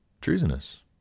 treasonous